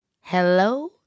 Hello